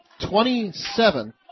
Twenty-seven